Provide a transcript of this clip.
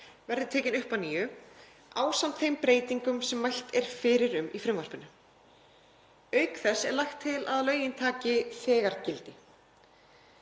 verði tekin upp að nýju, ásamt þeim breytingum sem mælt er fyrir um í frumvarpinu. Auk þess er lagt til að lögin öðlist þegar gildi.